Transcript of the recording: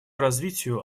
развитию